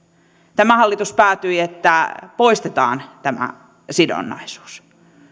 tämä hallitus päätyi siihen että poistetaan tämä sidonnaisuus